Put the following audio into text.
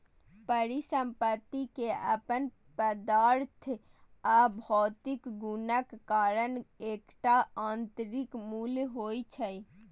परिसंपत्ति के अपन पदार्थ आ भौतिक गुणक कारण एकटा आंतरिक मूल्य होइ छै